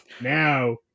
now